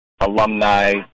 alumni